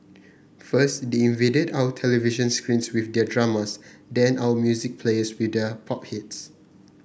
first they invaded our television screens with their dramas then our music players with their pop hits